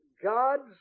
God's